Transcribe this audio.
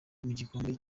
gikombe